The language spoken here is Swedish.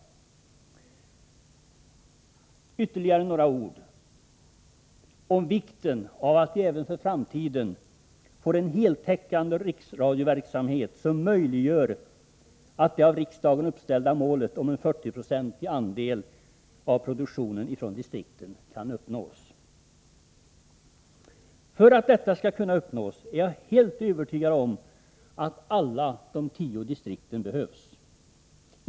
Jag vill säga ytterligare några ord om vikten av att vi även för framtiden får en heltäckande riksradioverksamhet, som möjliggör att det av riksdagen uppställda målet om en 40-procentig andel av produktionen från distrikten kan uppnås. För att detta mål skall kunna uppnås är jag helt övertygad om att alla tio distrikten behövs.